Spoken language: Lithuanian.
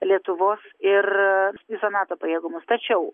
lietuvos ir viso nato pajėgumus tačiau